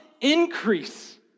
increase